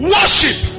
Worship